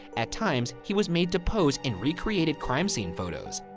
at times, he was made to pose in recreated crime scene photos.